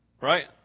Right